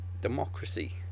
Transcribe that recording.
Democracy